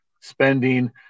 spending